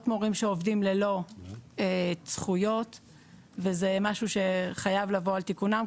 מורים שעובדים ללא זכויות וזה משהו שחייב לבוא על תיקונו.